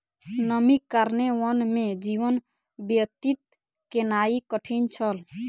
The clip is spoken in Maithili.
नमीक कारणेँ वन में जीवन व्यतीत केनाई कठिन छल